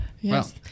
Yes